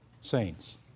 saints